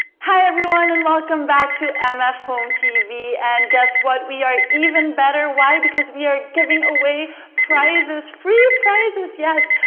hi everyone! and welcome back to mf home tv. and guess what? we are even better. why? because we are giving away prizes, free prizes! yes,